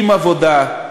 עם העבודה,